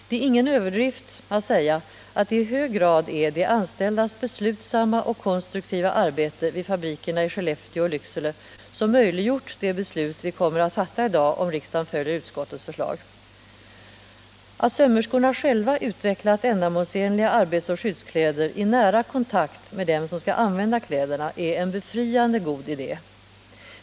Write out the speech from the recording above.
Det är ingen överdrift att säga, att det i hög grad är de anställdas beslutsamma och konstruktiva arbete vid fabrikerna i Skellefteå och i Lycksele som möjliggjort det beslut vi kommer att fatta i dag, om riksdagen följer utskottets förslag. Att sömmerskorna själva utvecklat ändamålsenliga arbetsoch skyddskläder i nära kontakt med dem som skall använda kläderna är en befriande god idé.